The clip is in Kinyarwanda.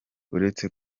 uretse